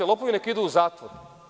Lopovi neka idu u zatvor.